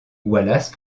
wallace